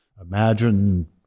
imagine